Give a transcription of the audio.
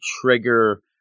trigger